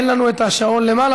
אין לנו השעון למעלה,